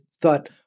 thought